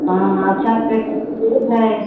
हाँ अच्छा तो रेट है